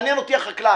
מעניין אותי החקלאי.